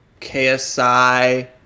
KSI